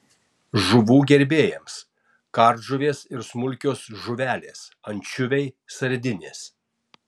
žuvų gerbėjams kardžuvės ir smulkios žuvelės ančiuviai sardinės